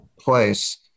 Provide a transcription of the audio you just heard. place